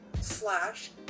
slash